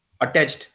attached